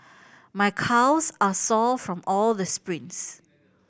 my calves are sore from all this sprints